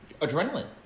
adrenaline